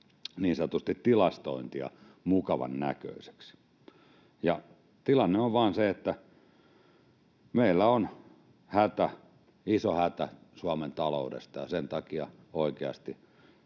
niin sanotusti tilastointia mukavan näköiseksi. Ja tilanne on vaan se, että meillä on iso hätä Suomen taloudesta, ja sen takia oikeasti